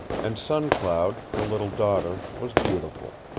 and sun cloud, her little daughter, was beautiful,